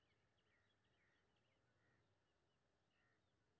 हमरो खाता खोलाबे के खातिर कोन कोन कागज दीये परतें?